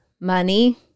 money